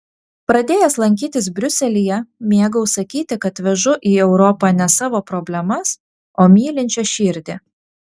pradėjęs lankytis briuselyje mėgau sakyti kad vežu į europą ne savo problemas o mylinčią širdį